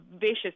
vicious